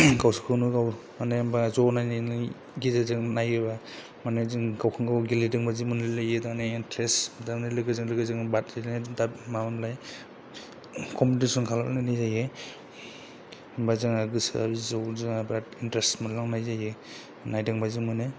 गावसोरखौनो गाव ज' नायनानै नायनायनि गेजेरजों नायोबा माने जों गावखौनो गाव गेलेदों बादि मोनलाय लायो थारमाने इनटारेस्ट लोगोजों लोगो कमपिटिसन खालामलायनाय जायो होमबा जोंना गोसोआ बिराद इनटारेस्ट मोनलांनाय जायो नायदोंबादि मोनो